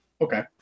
Okay